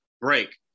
break